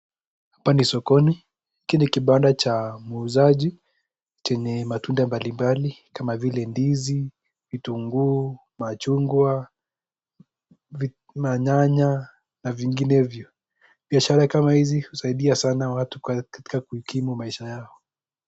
Hapa ni sokoni, hiki ni kibanda cha muuzaji chenye matunda mbalimbali kama vile ndizi, vitunguu, machungwa, na nyanya na vinginevyo. Biashara kama hizi husaidia sana watu katika kuikimu maisha yao.